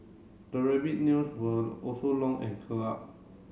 the rabbit nails were also long and curled up